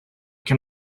can